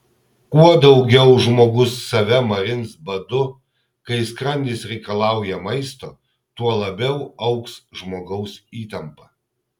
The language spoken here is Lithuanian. kuo daugiau žmogus save marins badu kai skrandis reikalauja maisto tuo labiau augs žmogaus įtampa